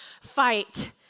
fight